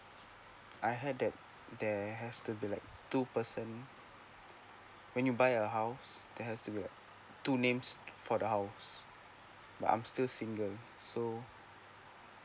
I heard that there has to be like two person when you buy a house there has to be like two names for the house but I'm still single so